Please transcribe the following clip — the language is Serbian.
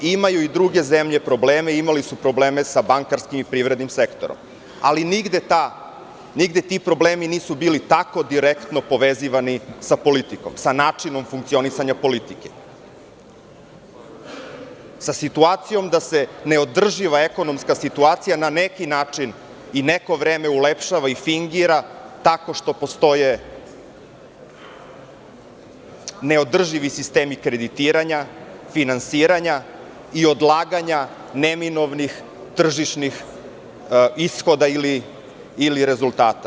Imaju i druge zemlje probleme imali su probleme sa bankarskim i privrednim sektorom, ali nigde ti problemi nisu bili tako direktno povezivani sa politikom sa načinom funkcionisanja politike, sa situacijom da se neodrživa ekonomska situacija na neki način i neko vreme ulepšava i fingira tako što postoje neodrživi sistemi kreditiranja, finansiranja i odlaganja neminovnih tržišnih ishoda ili rezultata.